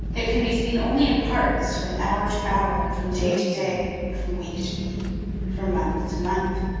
it can be seen only in parts from hour to hour and from day to day and from week to week and from month to month.